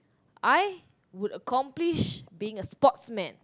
I would accomplish becoming a sportsman